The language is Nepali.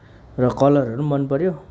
र कलरहरू पनि मन पऱ्यो